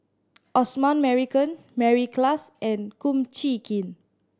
Osman Merican Mary Klass and Kum Chee Kin